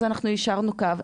אז אנחנו יישרנו קו,